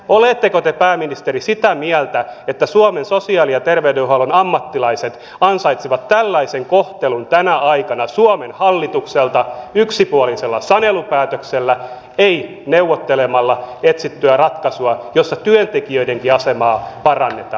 oletteko te pääministeri sitä mieltä että suomen sosiaali ja terveydenhuollon ammattilaiset ansaitsevat tällaisen kohtelun tänä aikana suomen hallitukselta yksipuolisella sanelupäätöksellä eivät neuvottelemalla etsittyä ratkaisua jossa työntekijöidenkin asemaa parannetaan